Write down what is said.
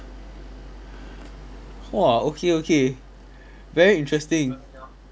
!whoa! okay okay very interesting